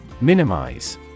Minimize